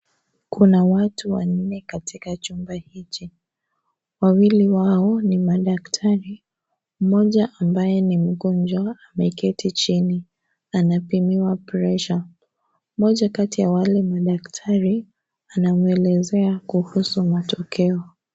Kuna watu wanne katika chumba hiki. Wawili wao ni madaktari. Mmoja ambaye ni mgonjwa ameketi chini. Anapimiwa presha. Mmoja kati ya wale madaktari anamwelezea kuhusu matokeo.